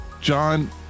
John